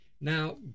Now